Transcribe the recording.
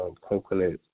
coconut